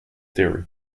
theory